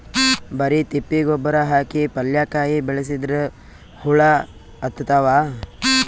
ಬರಿ ತಿಪ್ಪಿ ಗೊಬ್ಬರ ಹಾಕಿ ಪಲ್ಯಾಕಾಯಿ ಬೆಳಸಿದ್ರ ಹುಳ ಹತ್ತತಾವ?